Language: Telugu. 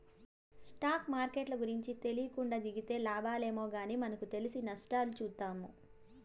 స్టాక్ మార్కెట్ల గూర్చి తెలీకుండా దిగితే లాబాలేమో గానీ మనకు తెలిసి నష్టాలు చూత్తాము